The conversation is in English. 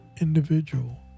individual